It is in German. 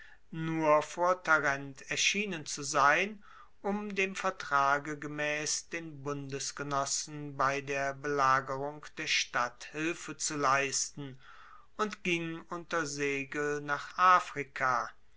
nur vor tarent erschienen zu sein um dem vertrage gemaess den bundesgenossen bei der belagerung der stadt hilfe zu leisten und ging unter segel nach afrika